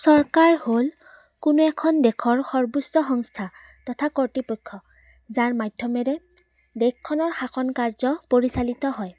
চৰকাৰ হ'ল কোনো এখন দেশৰ সৰ্বোচ্চ সংস্থা তথা কৰ্তৃপক্ষ যাৰ মাধ্যমেৰে দেশখনৰ শাসন কাৰ্য পৰিচালিত হয়